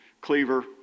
Cleaver